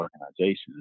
organizations